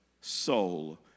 soul